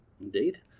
indeed